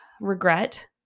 regret